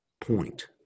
point